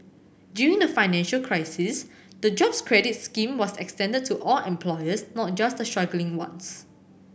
during the financial crisis the Jobs Credit scheme was extended to all employers not just the struggling ones